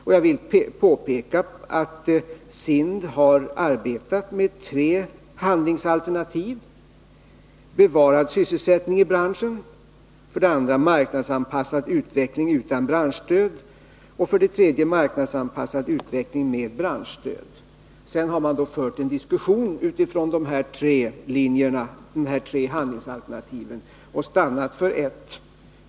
Utredningen har arbetat med tre handlingsalternativ — bevarad sysselsättning i branschen, marknadsanpassad utveckling utan branschstöd och marknadsanpassad utveckling med branschstöd. Sedan har man fört en diskussion utifrån dessa tre handlingsalternativ och stannat för ett.